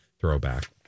throwback